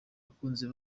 abakunzi